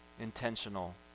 intentional